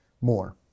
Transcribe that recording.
more